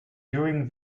during